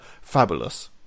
fabulous